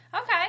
Okay